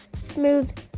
smooth